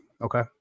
Okay